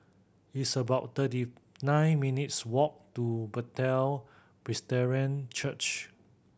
it's about thirty nine minutes' walk to Bethel Presbyterian Church